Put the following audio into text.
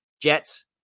Jets